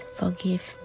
forgive